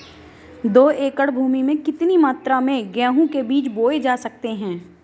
दो एकड़ भूमि में कितनी मात्रा में गेहूँ के बीज बोये जा सकते हैं?